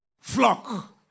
Flock